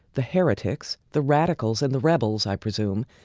the heretics, the radicals and the rebels, i presume,